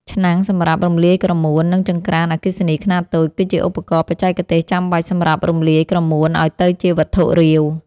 ឆ្នាំងសម្រាប់រំលាយក្រមួន និងចង្ក្រានអគ្គិសនីខ្នាតតូច គឺជាឧបករណ៍បច្ចេកទេសចាំបាច់សម្រាប់រំលាយក្រមួនឱ្យទៅជាវត្ថុរាវ។